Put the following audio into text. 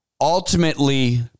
ultimately